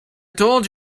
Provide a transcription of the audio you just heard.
told